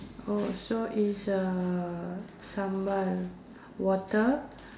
oh so is uh sambal water